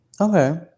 Okay